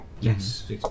Yes